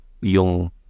yung